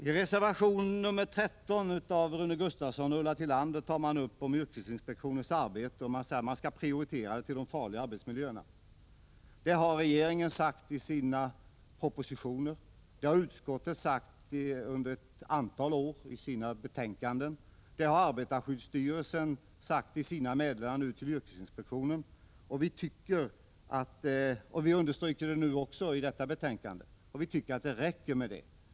I reservation 13 av Rune Gustavsson och Ulla Tillander tar man upp inriktningen av yrkesinspektionens arbete, som man vill skall koncentreras till de farliga arbetsmiljöerna. Detta har regeringen framhållit i sina propositioner, utskottet uttalat under ett antal år i sina betänkanden och arbetarskyddsstyrelsen sagt i sina meddelanden till yrkesinspektionen. Utskottet understryker det även i detta betänkande. Det räcker med det.